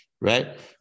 right